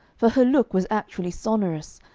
for her look was actually sonorous,